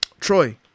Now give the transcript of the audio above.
Troy